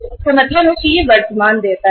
इसका मतलब यह वर्तमान देयता है